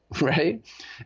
right